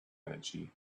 energy